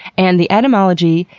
and the etymology,